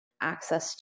access